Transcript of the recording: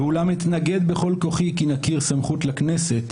ואולם, אתנגד בכל כוחי כי נכיר סמכות לכנסת,